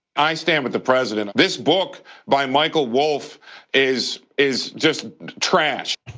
i stand with the president, this book by michael wolf is is just trash.